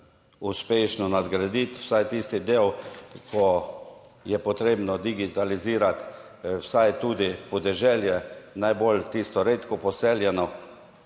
uspešno nadgraditi vsaj tisti del, ko je potrebno digitalizirati vsaj tudi podeželje, najbolj tisto redko poseljeno.